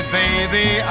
baby